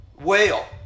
whale